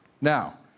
Now